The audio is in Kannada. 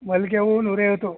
ಮಲ್ಲಿಗೆ ಹೂವು ನೂರೈವತ್ತು